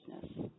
business